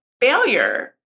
failure